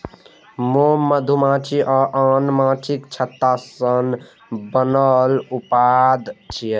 मोम मधुमाछी आ आन माछीक छत्ता सं बनल उत्पाद छियै